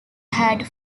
had